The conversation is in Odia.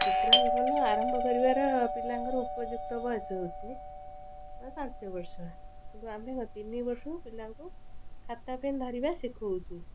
ଚିତ୍ର ଅଙ୍କନ ଆରମ୍ଭ କରିବାର ପିଲାଙ୍କର ଉପଯୁକ୍ତ ବୟସ ହେଉଛି ପାଞ୍ଚ ବର୍ଷ କିନ୍ତୁ ଆମେ ତିନିବର୍ଷ ପିଲାଙ୍କୁ ଖାତା ପେନ୍ ଧରିବା ଶିଖଉଛୁ